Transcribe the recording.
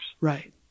Right